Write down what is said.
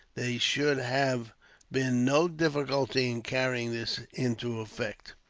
there should have been no difficulty in carrying this into effect.